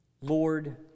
Lord